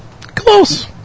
Close